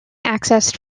accessed